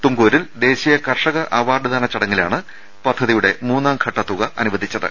തുംകൂരിൽ ദേശീയ കർഷക അവാർഡ് ദാന ചടങ്ങിലാണ് പദ്ധതിയുടെ മൂന്നാംഘട്ട തുക അനു വദിച്ചത്